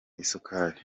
isukari